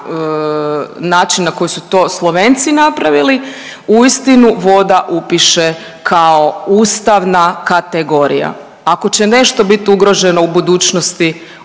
način na koji su to Slovenci napravili uistinu voda upiše kao ustavna kategorija. Ako će nešto biti ugroženo u budućnosti